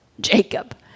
Jacob